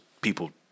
people